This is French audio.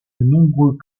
nombreux